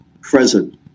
present